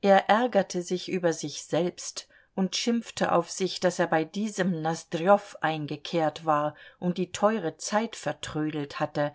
er ärgerte sich über sich selbst und schimpfte auf sich daß er bei diesem nosdrjow eingekehrt war und die teure zeit vertrödelt hatte